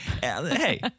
hey